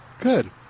Good